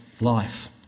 life